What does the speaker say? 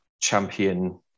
champion